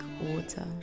water